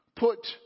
put